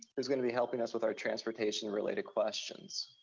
who's gonna be helping us with our transportation-related questions.